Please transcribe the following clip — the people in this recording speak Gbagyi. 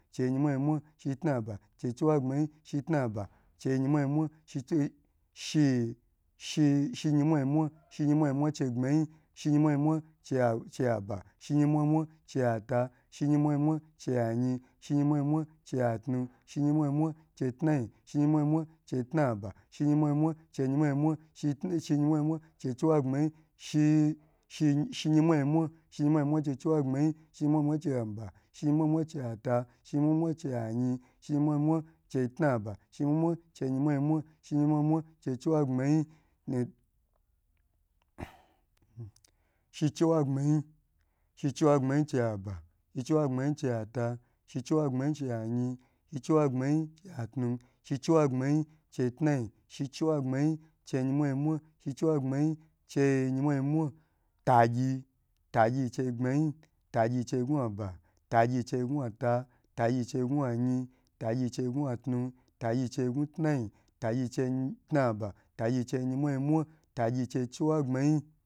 Shitnaba cheyinmwa yimwa shitnaba che yinmwa yinwa yinwa sh sh shiyimw shiyimwa yinmwa che chegbmyi shiyinmwa yinmwa che aba shiyimwa yimwa cheta shiyimwa yin mwa chayin shiyi mwa yinmwa cheatu shiyinmwa yin mwachetna yi shiyinmwa yimwa chetnaba shiynmwache chiwagbma gin shichiwagbmayi, shichiwagbmayi chaba shichiwagbmayi chata shichiwagbmayi ayin shichiwagbmayi shitu shichiwagbmayi chetnayi, shichiwagbmayi che yimwa yinmwa shichiwagbmayi che yimwa yinwa tagyi tagyi chei gbmayi tagyi cheguaba tagye che guata tagyi chayin tagycheatu tagyi chetnayi tagyi chetnaba tagyicheyin mwa yinmwa tagyi che chiwagbanyi